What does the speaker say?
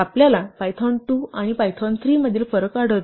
आपल्याला पायथॉन 2 आणि पायथॉन 3 मधील फरक आढळतो